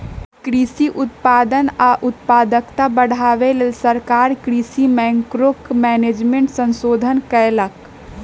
कृषि उत्पादन आ उत्पादकता बढ़ाबे लेल सरकार कृषि मैंक्रो मैनेजमेंट संशोधन कएलक